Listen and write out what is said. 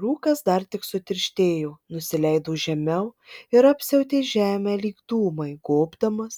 rūkas dar sutirštėjo nusileido žemiau ir apsiautė žemę lyg dūmai gobdamas